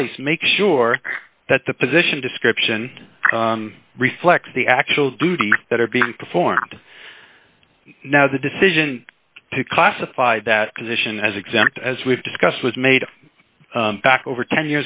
place make sure that the position description reflects the actual duty that are being performed now the decision to classify that position as exempt as we've discussed was made back over ten